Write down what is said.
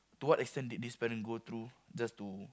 to what extent did this parent go through just to